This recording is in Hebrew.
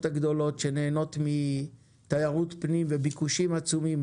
הגדולות שנהנות מתיירות פנים ומביקושים עצומים,